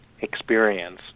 experience